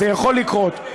זה יכול לקרות.